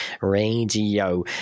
Radio